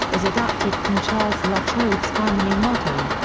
is adapted from charles la trobe's family motto.